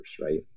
right